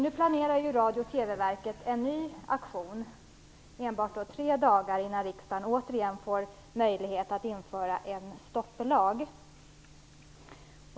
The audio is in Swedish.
Nu planerar Radio och TV-verket en ny auktion, enbart tre dagar innan riksdagen återigen får möjlighet att införa en stopplag.